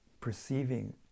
perceiving